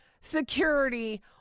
security